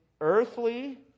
earthly